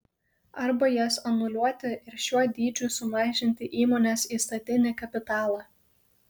arba jas anuliuoti ir šiuo dydžiu sumažinti įmonės įstatinį kapitalą